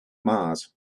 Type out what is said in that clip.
mars